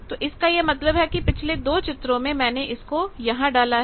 तो इसका यह मतलब है कि पिछले दो चित्रों में मैंने इसको यहां डाला है